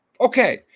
okay